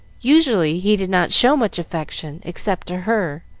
usually he did not show much affection except to her,